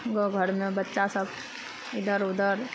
गाँव घरमे बच्चा सब इधर उधर